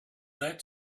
that